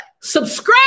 Subscribe